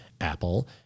Apple